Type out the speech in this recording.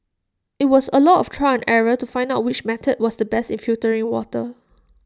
IT was A lot of trial error to find out which method was the best in filtering water